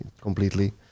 completely